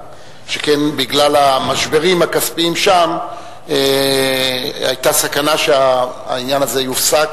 שכן בגלל המשברים הכספיים שם היתה סכנה שהעניין הזה יופסק.